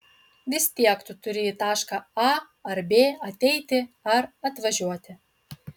vis tiek tu turi į tašką a ar b ateiti ar atvažiuoti